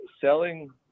selling